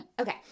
Okay